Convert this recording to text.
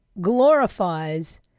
glorifies